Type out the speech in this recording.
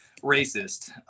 racist